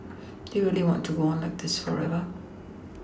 do you really want to go on like this forever